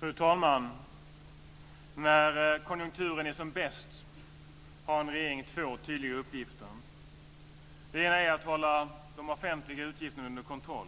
Fru talman! När konjunkturen är som bäst har en regering två tydliga uppgifter. Den ena är att hålla de offentliga utgifterna under kontroll.